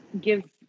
give